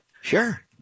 Sure